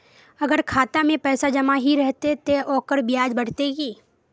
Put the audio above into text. अगर खाता में पैसा जमा ही रहते ते ओकर ब्याज बढ़ते की?